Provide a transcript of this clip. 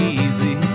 easy